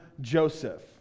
Joseph